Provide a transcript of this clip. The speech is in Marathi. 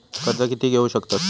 कर्ज कीती घेऊ शकतत?